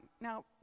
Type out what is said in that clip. Now